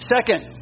Second